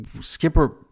Skipper